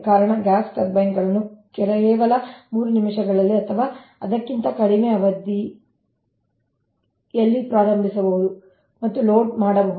ಕಾರಣ ಗ್ಯಾಸ್ ಟರ್ಬೈನ್ಗಳನ್ನು ಕೇವಲ 3 ನಿಮಿಷಗಳಲ್ಲಿ ಅಥವಾ ಅದಕ್ಕಿಂತ ಕಡಿಮೆ ಅವಧಿಯಲ್ಲಿ ಪ್ರಾರಂಭಿಸಬಹುದು ಮತ್ತು ಲೋಡ್ ಮಾಡಬಹುದು